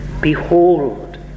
Behold